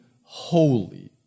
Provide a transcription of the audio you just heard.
holy